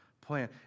plan